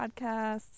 podcasts